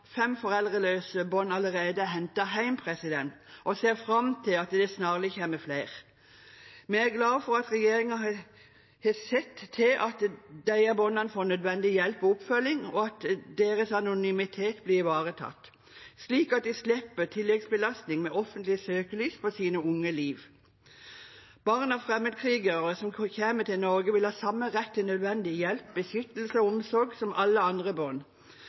fem foreldreløse barn allerede er hentet hjem, og ser fram til at det snarlig kommer flere. Vi er glade for at regjeringen har sett til at disse barna får nødvendig hjelp og oppfølging, og at deres anonymitet blir ivaretatt, slik at de slipper tilleggsbelastningen med offentlig søkelys på sine unge liv. Barn av fremmedkrigere som kommer til Norge, vil ha samme rett til nødvendig hjelp, beskyttelse og omsorg som alle andre